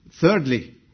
Thirdly